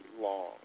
long